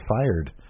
Fired